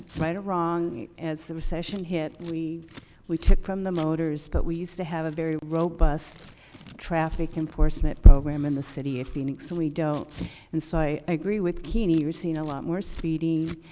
right or wrong, as the session hit, we we took from the motors but we used to have a very robust traffic enforcement program in the city of phoenix, and we don't and so i agree with keen we're seeing a lot more speeding,